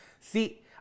See